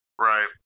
Right